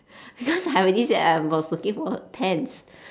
because I already said I was looking for a pens